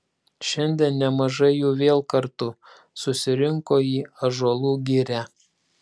šiandien nemažai jų vėl kartu susirinko į ąžuolų girią